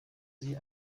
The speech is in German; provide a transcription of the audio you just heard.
sie